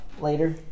later